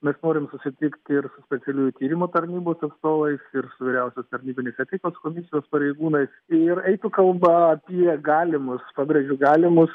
mes norim susitikt ir specialiųjų tyrimų tarnybos atstovais ir su vyriausios tarnybinės etikos komisijos pareigūnais ir eitų kalba apie galimus pabrėžiu galimus